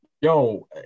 Yo